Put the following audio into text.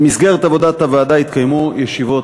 במסגרת עבודת הוועדה התקיימו ישיבות